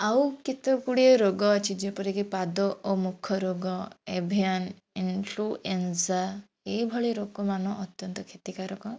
ଆଉ କେତେ ଗୁଡ଼ିଏ ରୋଗ ଅଛି ଯେପରିକି ପାଦ ଓ ମୁଖ ରୋଗ ଏଭିଆନ୍ ଇନଫ୍ଲୁଏନ୍ସା ଏଭଳି ରୋଗମାନ ଅତ୍ୟନ୍ତ କ୍ଷତିକାରକ